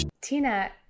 Tina